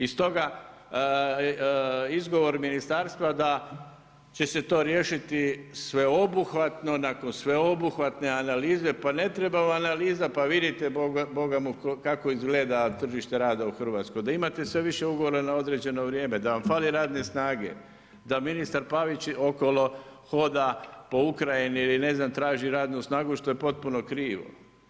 I stoga izgovor ministarstva, da će se to riješiti sveobuhvatno, nakon sveobuhvatne analize, pa ne treba nam analiza, pa vidimo kako izgleda tržište rada u Hrvatskoj, da imate sve više ugovora na određeno vrijeme, da vam fali radne snage, da ministar Pavić okolo hoda po Ukrajini ili ne znam, traži radnu snagu što je potpuno krivo.